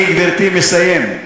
אני, גברתי, מסיים.